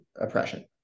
oppression